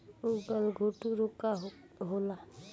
गलघोंटु रोग का होला?